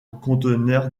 conteneur